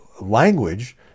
language